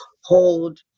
hold